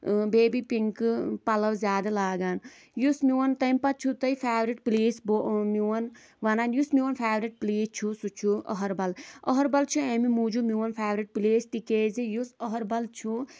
baby پِنٛکہٕ پَلَو زیادٕ لاگان یُس میون تٔمۍ پَتہٕ چھُو تۄہہِ فٮ۪ورِٹ پٔلیس بَو او میون وَنان یُس میون فٮ۪ورِت پٔلیس چھُ سُہ چھُ أہَر بَل أہَربَل چھُ أمۍ موجوٗب میون فٮ۪ورِت پٔلیس تِکیٛازِ یُس أہَربَل چھُ